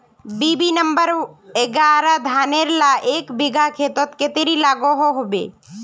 BB number एगारोह धानेर ला एक बिगहा खेतोत कतेरी लागोहो होबे?